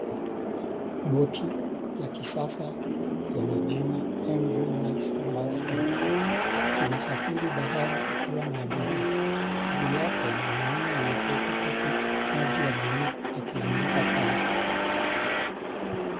Boti la kisasa Yenye jina M.V. Nice Glass Boat inasafiri bahari ikiwa na abiria. Juu yake, mwanamume ameketi huku maji ya blue yakizunguka chombo.